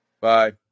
bye